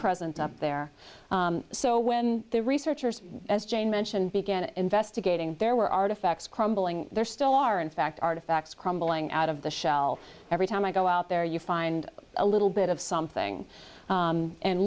present up there so when the researchers as jane mentioned began investigating there were artifacts crumbling there still are in fact artifacts crumbling out of the shell every time i go out there you find a little bit of something